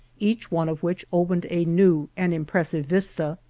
each one of which opened a new and impressive vista.